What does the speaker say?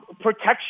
protection